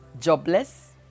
Jobless